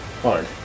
hard